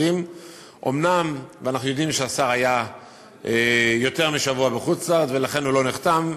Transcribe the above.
אנחנו יודעים שהשר היה יותר משבוע בחוץ-לארץ ולכן הוא לא נחתם,